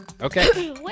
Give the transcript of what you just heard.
Okay